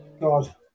God